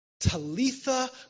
Talitha